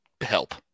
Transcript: help